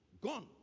Gone